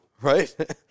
right